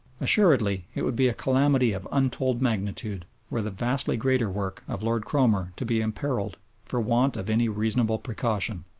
assuredly it would be a calamity of untold magnitude were the vastly greater work of lord cromer to be imperilled for want of any reasonable precaution!